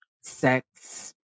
sex